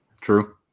True